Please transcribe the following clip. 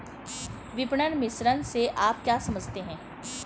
विपणन मिश्रण से आप क्या समझते हैं?